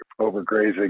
overgrazing